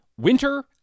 winter